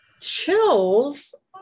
Chills